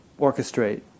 orchestrate